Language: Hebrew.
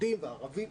יהודים וערבים,